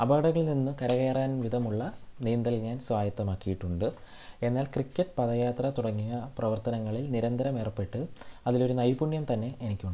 അപകടങ്ങളിൽ നിന്ന് കര കേറാൻ വിധമുള്ള നീന്തൽ ഞാൻ സ്വായത്തമാക്കിയിട്ടുണ്ട് എന്നാൽ ക്രിക്കറ്റ് പദ യാത്ര തുടങ്ങിയ പ്രവർത്തനങ്ങളിൽ നിരന്തരം ഏർപ്പെട്ട് അതിൽ ഒരു നൈപുണ്യം തന്നെ എനിക്കുണ്ട്